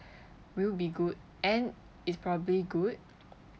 will be good and it's probably good